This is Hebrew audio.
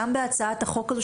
גם בהצעת החוק הזו,